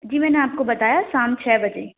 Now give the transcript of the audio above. जी मैंने आपको बताया शाम छः बजे